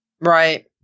Right